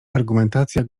argumentacja